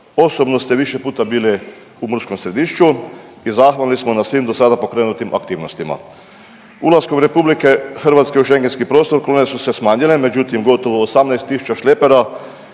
Osobno ste više puta bili u Murskom Središću i zahvalni smo na svim do sada pokrenutim aktivnostima. Ulaskom RH u Schengenski prostor kolone su se smanjile, međutim gotovo 18 tisuća šlepera